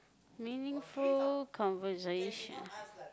meaningful conversation